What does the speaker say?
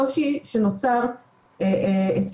והטרמינולוגיה צריכות להיקבע על ידי